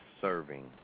serving